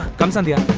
come sandhya.